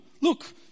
Look